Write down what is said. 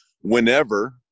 whenever